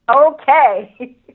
okay